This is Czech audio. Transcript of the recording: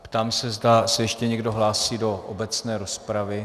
Ptám se, zda se ještě někdo hlásí do obecné rozpravy.